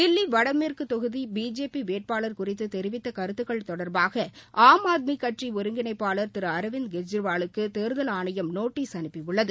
தில்லி வடமேற்கு தொகுதி பிஜேபி வேட்பாளர் குறித்து தெரிவித்த கருத்துக்கள் தொடர்பாக ஆம் ஆத்மி கட்சியின் ஒருங்கிணைப்பாளர் திரு அரவிந்த் கெஜ்ரிவாலுக்கு தேர்தல் ஆணையம் நோட்டீஸ் அனுப்பியுள்ளது